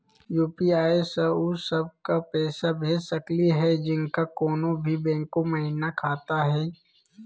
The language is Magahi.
यू.पी.आई स उ सब क पैसा भेज सकली हई जिनका कोनो भी बैंको महिना खाता हई?